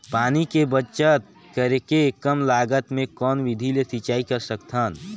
पानी के बचत करेके कम लागत मे कौन विधि ले सिंचाई कर सकत हन?